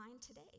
today